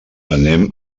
anem